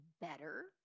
better